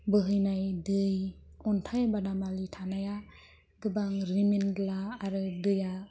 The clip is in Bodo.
बोहैनाय दै अन्थाइ बादामालि थानाया गोबां रिमिनला आरो दैया